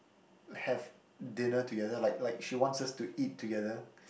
have dinner together like like she wants us to eat together